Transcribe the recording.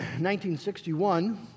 1961